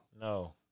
No